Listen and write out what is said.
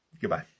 Goodbye